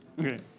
Okay